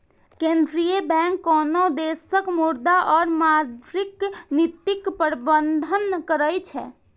केंद्रीय बैंक कोनो देशक मुद्रा और मौद्रिक नीतिक प्रबंधन करै छै